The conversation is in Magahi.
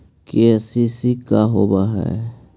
के.सी.सी का होव हइ?